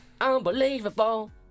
Unbelievable